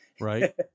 Right